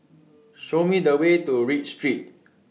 Show Me The Way to Read Street